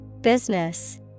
Business